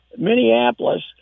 Minneapolis